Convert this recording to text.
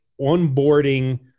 onboarding